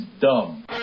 dumb